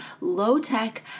low-tech